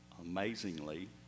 amazingly